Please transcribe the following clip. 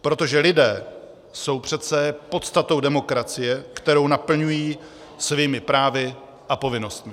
Protože lidé jsou přece podstatou demokracie, kterou naplňují svými právy a povinnostmi.